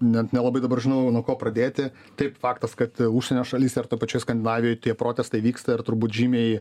net nelabai dabar žinau nuo ko pradėti taip faktas kad užsienio šalyse ar toj pačioj skandinavijoj tie protestai vyksta ir turbūt žymiai